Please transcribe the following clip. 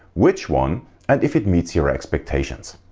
which one and if it meets your expectations.